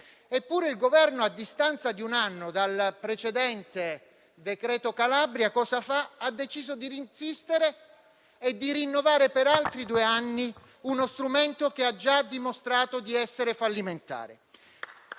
Eppure il Governo, a distanza di un anno dal precedente decreto Calabria, ha deciso di insistere e di rinnovare per altri due anni uno strumento che ha già dimostrato di essere fallimentare.